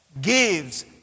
gives